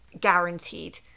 guaranteed